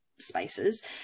spaces